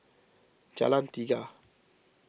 Jalan Tiga